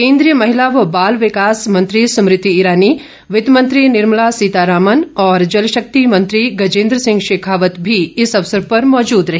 केन्द्रीय महिला व बाल विकास मंत्री स्मृति ईरानी वित्तमंत्री निर्मला सीतारामन और जलशक्ति मंत्री गजेन्द्र सिंह शेखावत भी इस अवसर पर मौजूद रहे